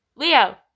Leo